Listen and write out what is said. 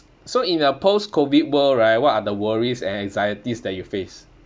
so in a post COVID world right what are the worries and anxieties that you face